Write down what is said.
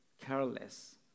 careless